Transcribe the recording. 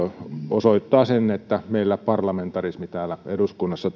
osoittaa sen että meillä parlamentarismi täällä eduskunnassa